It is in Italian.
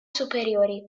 superiori